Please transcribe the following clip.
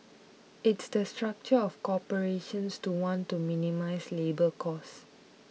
it's the structure of corporations to want to minimise labour costs